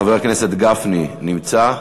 חבר הכנסת גפני נמצא?